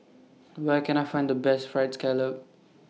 Where Can I Find The Best Fried Scallop